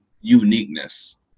uniqueness